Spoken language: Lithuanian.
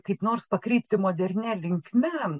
kaip nors pakreipti modernia linkme